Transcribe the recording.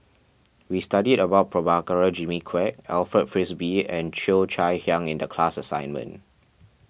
we studied about Prabhakara Jimmy Quek Alfred Frisby and Cheo Chai Hiang in the class assignment